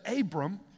Abram